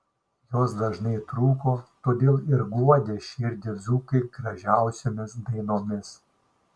jos dažnai trūko todėl ir guodė širdį dzūkai gražiausiomis dainomis